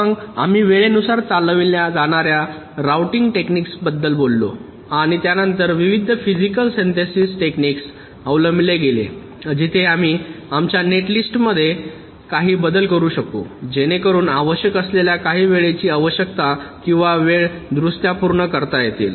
मग आम्ही वेळेनुसार चालविल्या जाणार्या राउटिंग टेक्निक्स बद्दल बोललो आणि त्यानंतर विविध फिजिकल सिंथेसिस टेक्निक्स अवलंबिले गेले जिथे आम्ही आमच्या नेटलिस्टमध्ये काही बदल करू शकू जेणेकरुन आवश्यक असलेल्या काही वेळेची आवश्यकता किंवा वेळ दुरुस्त्या पूर्ण करता येतील